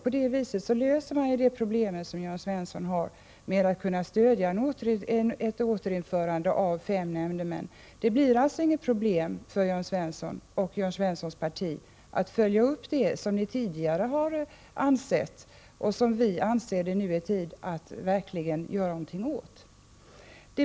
På så sätt blir det inget problem för Jörn Svensson och hans parti att stödja ett återinförande av fem nämndemän. Ni kan alltså mycket väl följa upp vad ni tidigare har ansett i en fråga som vi anser att det nu är tid att verkligen göra någonting åt.